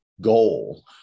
goal